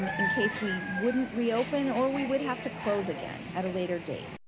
um in case we wouldn't reopen, or we would have to close again at a later date.